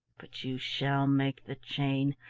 but you shall make the chain,